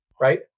right